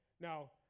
Now